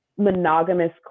monogamous